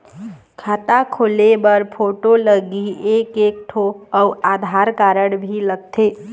खाता खोले बर फोटो लगही एक एक ठो अउ आधार कारड भी लगथे?